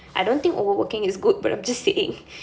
I don't think overworking is good but I'm just saying